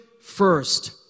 First